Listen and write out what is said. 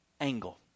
angle